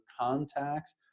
contacts